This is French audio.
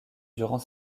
durant